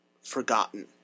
forgotten